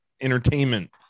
entertainment